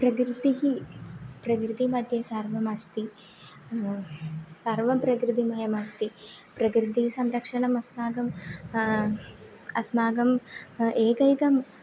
प्रकृतिः प्रकृतिर्मध्ये सर्वमस्ति सर्वं प्रकृतिमयमस्ति प्रकृतीसंरक्षणमस्माकम् अस्माकम् एकैकं